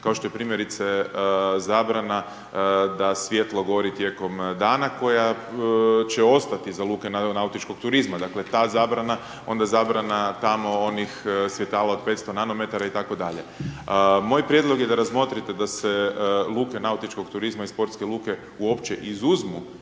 kao što je primjerice zabrana da svijetlo gori tijekom dana, koja će ostati za luke nautičkog turizma, dakle, ta zabrana, onda zabrana tamo onih svjetala od 500 nanometara itd. Moj prijedlog je da razmotrite da se luke nautičkog turizma i sportske luke uopće izuzmu